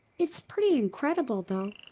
it's pretty incredible though.